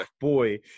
boy